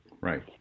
Right